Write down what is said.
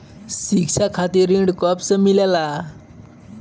शिक्षा खातिर ऋण कब से मिलेला?